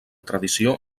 tradició